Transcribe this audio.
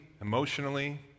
emotionally